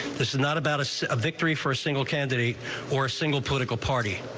this is not about us a victory for single candidate or single political party.